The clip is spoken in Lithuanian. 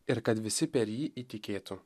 ir kad visi per jį įtikėtų